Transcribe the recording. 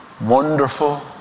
wonderful